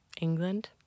England